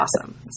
awesome